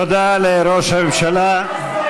תודה לראש הממשלה.